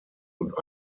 und